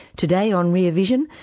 today on rear vision,